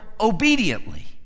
obediently